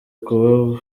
kuba